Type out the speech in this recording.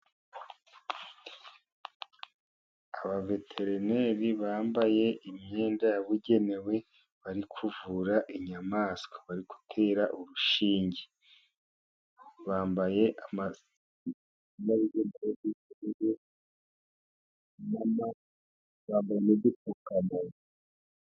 Abaveterineri bambaye imyenda yabugenewe bari kuvura inyamaswa. Bari gutera urushinge, bambaye n'udupfukamunwa.